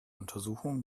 untersuchung